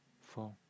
four